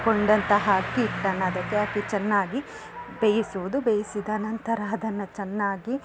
ಕೊಂಡಂತಹ ಅಕ್ಕಿ ಹಿಟ್ಟನ್ನು ಅದಕ್ಕೆ ಹಾಕಿ ಚೆನ್ನಾಗಿ ಬೇಯಿಸುವುದು ಬೇಯಿಸಿದ ನಂತರ ಅದನ್ನು ಚೆನ್ನಾಗಿ